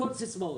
הכול סיסמות.